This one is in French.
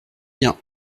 bien